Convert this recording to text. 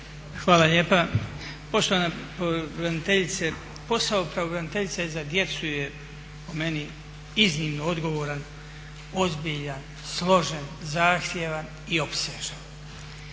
Hvala lijepa. Poštovana pravobraniteljice, posao pravobraniteljice za djecu je po meni iznimno odgovoran, ozbiljan, složen, zahtjevan i opsežan.